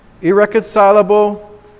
irreconcilable